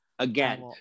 Again